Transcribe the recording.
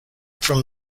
from